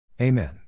Amen